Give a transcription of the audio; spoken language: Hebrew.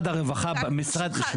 אני